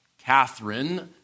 Catherine